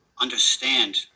understand